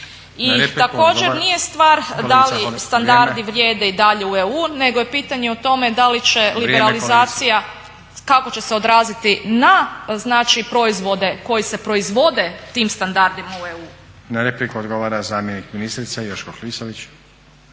I također, nije stvar da li standardi vrijeme i dalje u EU, nego je pitanje o tome da li će liberalizacija, kako će se odraziti na znači proizvode koji se proizvode tim standardima u EU. **Stazić, Nenad (SDP)** Na repliku odgovara zamjenik ministrice Joško Klisović.